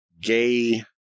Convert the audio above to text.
gay